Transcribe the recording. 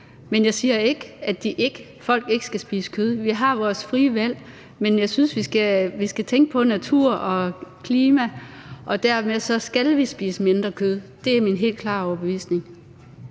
men jeg siger ikke, at folk ikke skal spise kød. Vi har vores frie valg, men jeg synes, vi skal tænke på naturen og klimaet, og dermed skal vi spise mindre kød. Det er min helt klare overbevisning.